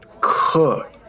cook